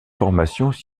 formations